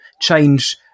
change